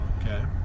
Okay